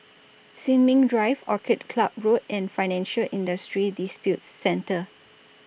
Sin Ming Drive Orchid Club Road and Financial Industry Disputes Center